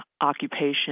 occupation